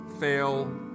fail